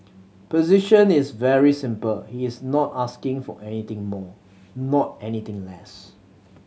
position is very simple he is not asking for anything more not anything less